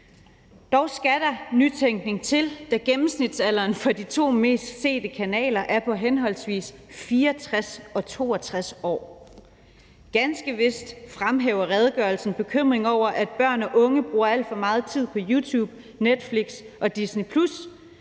Dog skal der nytænkning til, da gennemsnitsalderen for de to mest sete kanaler er på henholdsvis 64 og 62 år. Ganske vist fremhæver redegørelsen bekymringen over, at børn og unge bruger alt for meget tid på YouTube, Netflix og Disney+,